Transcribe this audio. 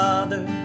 Father